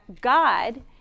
God